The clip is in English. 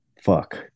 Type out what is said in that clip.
Fuck